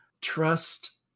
trust